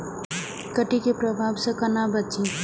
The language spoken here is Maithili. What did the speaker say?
कीट के प्रभाव से कोना बचीं?